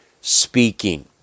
speaking